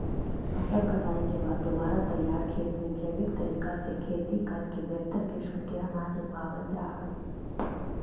फसल कटाई के बाद दोबारा तैयार खेत में जैविक तरीका से खेती करके बेहतर किस्म के अनाज उगावल जा हइ